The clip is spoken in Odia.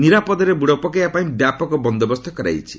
ନିରାପଦରେ ବୁଡ଼ ପକାଇବା ପାଇଁ ବ୍ୟାପକ ବନ୍ଦୋବସ୍ତ କରାଯାଇଛି